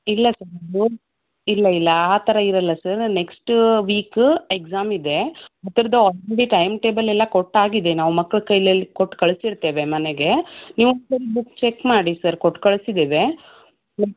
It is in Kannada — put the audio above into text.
ಇಲ್ಲ ಸರ್ ಇಲ್ಲ ಇಲ್ಲ ಆ ಥರ ಇರೋಲ್ಲ ಸರ್ ನಾನು ನೆಕ್ಸ್ಟು ವೀಕು ಎಕ್ಸಾಮ್ ಇದೆ ಅದರದ್ದು ಆಲ್ರೆಡಿ ಟೈಮ್ಟೇಬಲ್ಲೆಲ್ಲ ಕೊಟ್ಟಾಗಿದೆ ನಾವು ಮಕ್ಕಳು ಕೈಲೆಲ್ಲ ಕೊಟ್ಟು ಕಳಿಸಿರ್ತೇವೆ ಮನೆಗೆ ನೀವು ಒಂದು ಸಾರಿ ಬುಕ್ ಚೆಕ್ ಮಾಡಿ ಸರ್ ಕೊಟ್ಟು ಕಳಿಸಿದ್ದೇವೆ